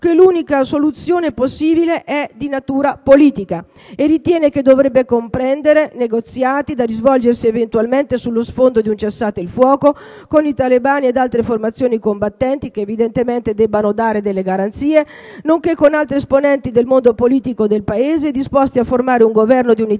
che «l'unica soluzione possibile è di natura politica e ritiene che dovrebbe comprendere i negoziati, da svolgersi eventualmente sullo sfondo di un cessate il fuoco, con i talebani ed altre formazioni combattenti» che evidentemente devono fornire garanzie «nonché con altri esponenti politici del Paese disposti a formare un Governo di unità